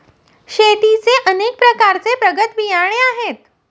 शेतीचे अनेक प्रकारचे प्रगत बियाणे आहेत